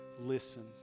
listen